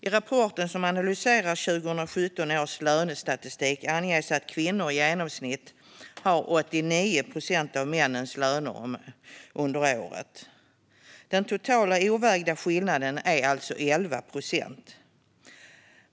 I rapporten, som analyserar 2017 års lönestatistik, anges att kvinnor i genomsnitt hade 89 procent av männens löner under året. Den totala ovägda skillnaden är alltså 11 procent.